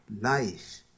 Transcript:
life